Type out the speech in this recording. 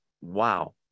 wow